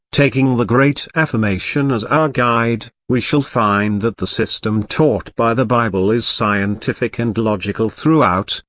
taking the great affirmation as our guide, we shall find that the system taught by the bible is scientific and logical throughout,